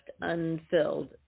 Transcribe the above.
unfilled